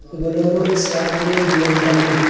bolero scorpio BMW